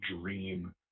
dream